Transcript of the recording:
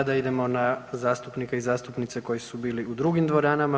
Sada idemo na zastupnike i zastupnice koji su bili u drugim dvoranama.